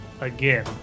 again